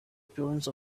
appearance